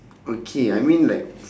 okay I mean like